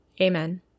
Amen